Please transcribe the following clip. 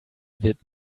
wird